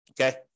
Okay